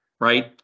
Right